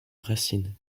racine